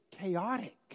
chaotic